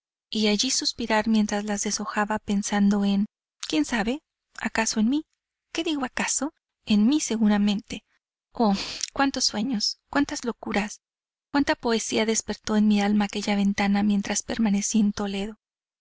y allí suspirar mientras las deshojaba pensando en quién sabe acaso en mí qué digo acaso en mí seguramente oh cuántos sueños cuántas locuras cuánta poesía despertó en mi alma aquella ventana mientras permanecí en toledo